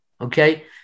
okay